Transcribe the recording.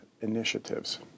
initiatives